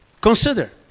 Consider